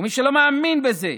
ומי שלא מאמין בזה,